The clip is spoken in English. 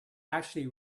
actually